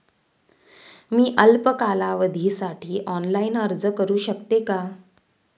मी अल्प कालावधीसाठी ऑनलाइन अर्ज करू शकते का?